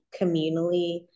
communally